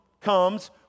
comes